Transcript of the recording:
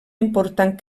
important